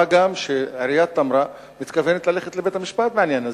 מה גם שעיריית תמרה מתכוונת ללכת לבית-המשפט בעניין הזה,